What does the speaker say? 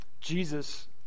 Jesus